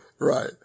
Right